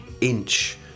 inch